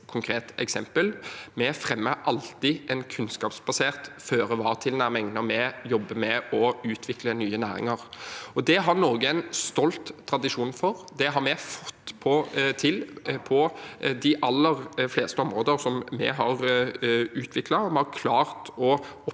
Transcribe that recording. Vi fremmer alltid en kunnskapsbasert føre-var-tilnærming når vi jobber med å utvikle nye næringer. Det har Norge en stolt tradisjon for. Det har vi fått til på de aller fleste områder som vi har utviklet.